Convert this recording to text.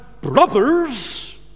brothers